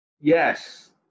Yes